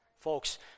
Folks